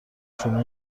شما